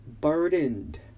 burdened